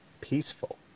peaceful